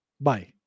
Bye